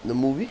the movie